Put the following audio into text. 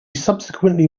subsequently